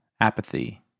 apathy